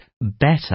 better